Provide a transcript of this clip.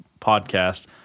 podcast